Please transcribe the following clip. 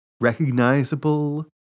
recognizable